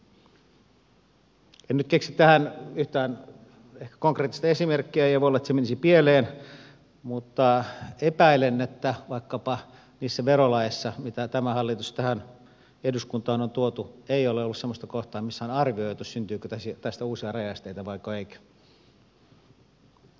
en nyt ehkä keksi tähän yhtään konkreettista esimerkkiä ja voi olla että se menisi pieleen mutta epäilen että vaikkapa niissä verolaeissa joita tämä hallitus tähän eduskuntaan on tuonut ei ole ollut semmoista kohtaa missä on arvioitu syntyykö tästä uusia rajaesteitä vaiko ei